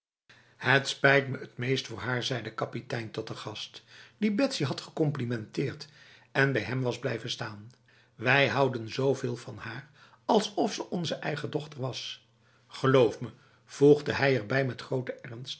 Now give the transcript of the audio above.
het spijt me t meest voor haar zei de kapitein tot de gast die betsy had gecomplimenteerd en bij hem was blijven staan wij houden zoveel van haar alsof ze onze eigen dochter was geloof me voegde hij erbij met grote